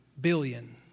billion